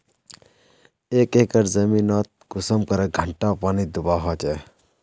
एक एकर जमीन नोत कुंसम करे घंटा पानी दुबा होचए?